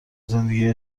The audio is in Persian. زندگی